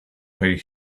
pay